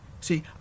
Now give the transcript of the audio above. see